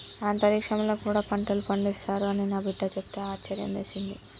అంతరిక్షంలో కూడా పంటలు పండిస్తారు అని నా బిడ్డ చెప్తే ఆశ్యర్యమేసింది